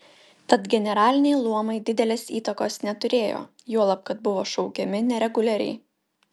tad generaliniai luomai didelės įtakos neturėjo juolab kad buvo šaukiami nereguliariai